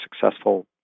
successful